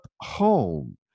home